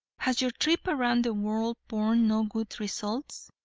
has your trip around the world borne no good results?